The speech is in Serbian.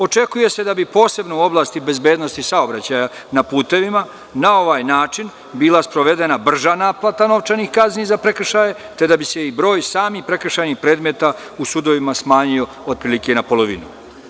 Očekuje se da bi posebnu oblast i bezbednosti saobraćaja na putevima, na ovaj način bila sprovedena brža naplata novčanih kazni za prekršaje, te da bi se i broj samih prekršajnih predmeta u sudovima smanjio otprilike na polovinu.